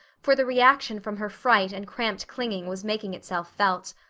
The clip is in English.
for the reaction from her fright and cramped clinging was making itself felt.